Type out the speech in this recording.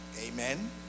amen